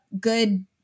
good